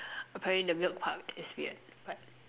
apparently the milk part is weird but